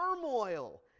turmoil